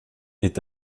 est